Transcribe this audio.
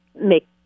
make